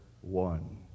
one